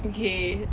okay